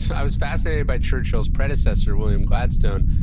i was fascinated by churchill's predecessor, william gladstone,